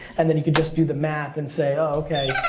and then you could just do the math and say, oh ok.